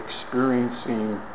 experiencing